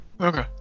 Okay